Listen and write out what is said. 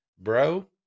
bro